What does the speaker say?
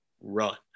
run